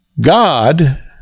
God